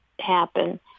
happen